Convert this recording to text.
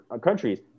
countries